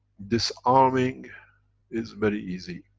disarming is very easy.